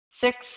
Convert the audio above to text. Six